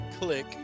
Click